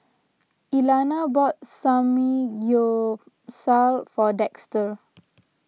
Elana bought Samgyeopsal for Dexter